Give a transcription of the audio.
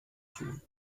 tun